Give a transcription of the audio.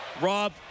Rob